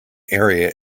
area